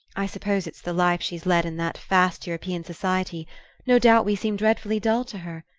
i suppose it's the life she's led in that fast european society no doubt we seem dreadfully dull to her.